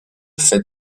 fait